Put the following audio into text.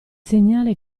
segnale